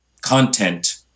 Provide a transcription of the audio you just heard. content